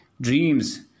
dreams